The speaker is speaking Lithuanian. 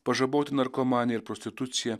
pažaboti narkomaniją ir prostituciją